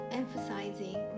emphasizing